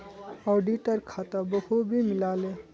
auditor खाता बखूबी मिला ले